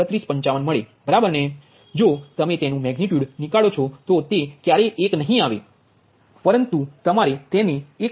03155 મળે બરાબર જો તમે તેનુ મેગનિટ્યુડ નીકાળો તો તે ક્યારેય 1 નહી આવે પરંતુ તમારે તેને 1